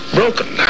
broken